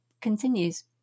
continues